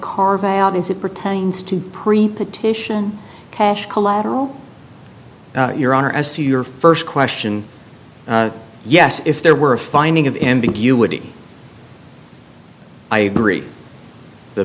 carve out as it pertains to prepare titian cash collateral your honor as to your first question yes if there were a finding of ambiguity i agree the